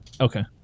Okay